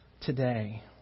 today